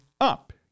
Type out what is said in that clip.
up